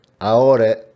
ahora